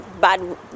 bad